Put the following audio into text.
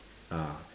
ah